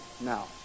now